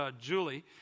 Julie